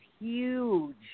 huge